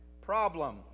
Problem